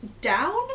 down